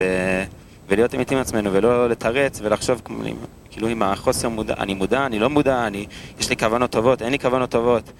ולהיות אמיתי עם עצמנו ולא לתרץ ולחשוב כאילו עם החוסר, אני מודע, אני לא מודע, אני יש לי כוונות טובות, אין לי כוונות טובות